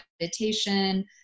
meditation